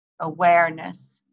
awareness